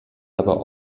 aber